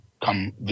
come